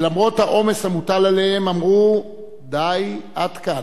שלמרות העומס המוטל עליהם, אמרו: די, עד כאן.